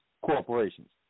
corporations